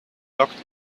locked